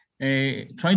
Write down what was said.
trying